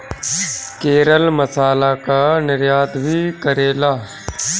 केरल मसाला कअ निर्यात भी करेला